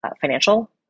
financial